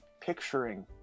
picturing